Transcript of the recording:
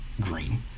green